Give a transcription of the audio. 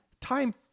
time